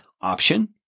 option